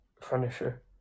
furniture